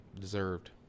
Deserved